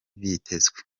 byitezwe